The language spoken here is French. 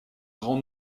grand